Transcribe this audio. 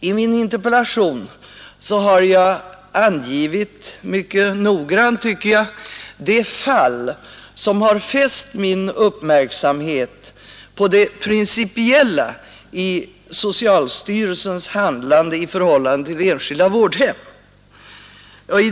I min interpellation har jag angivit, mycket noggrant tycker jag, det fall som har fäst min uppmärksamhet på det principiella i socialstyrelsens handlande i förhållande till enskilda vårdhem.